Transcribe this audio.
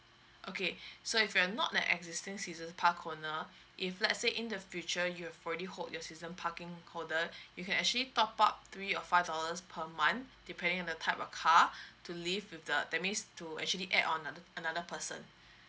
okay so if you're not an existing season park holder if let's say in the future you've already hold your season parking holder you can actually top up three or five dollars per month depending on the type of car to live with the that means to actually add on ano~ another person